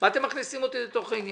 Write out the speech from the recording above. מה אתם מכניסים אותי לתוך העניין?